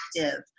active